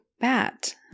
bat